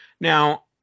Now